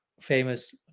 famous